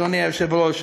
אדוני היושב-ראש,